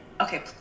Okay